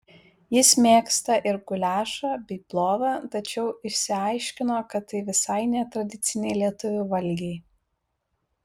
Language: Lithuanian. jis mėgsta ir guliašą bei plovą tačiau išsiaiškino kad tai visai ne tradiciniai lietuvių valgiai